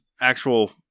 actual